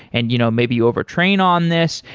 and you know maybe you over train on this.